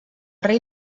rei